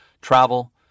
travel